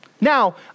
Now